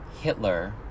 Hitler